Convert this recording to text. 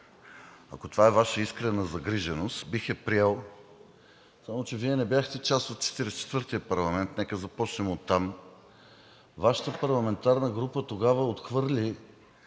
ако това е Ваша искрена загриженост, бих я приел, само че Вие не бяхте част от Четиридесет и четвъртия парламент, нека започнем оттам. Вашата парламентарна група тогава отхвърли